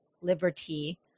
Liberty